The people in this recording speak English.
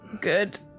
Good